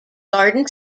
garden